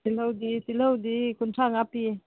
ꯇꯤꯜꯍꯧꯗꯤ ꯀꯨꯟꯊ꯭ꯔꯥꯃꯉꯥ ꯄꯤꯌꯦ